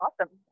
Awesome